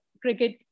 cricket